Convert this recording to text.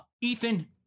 Ethan